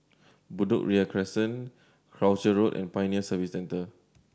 Bedok Ria Crescent Croucher Road and Pioneer Service Centre